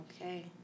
Okay